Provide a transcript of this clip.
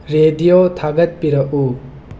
radio ꯊꯥꯒꯠꯄꯤꯔꯛꯎ